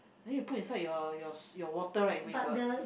then you put inside your your water right with a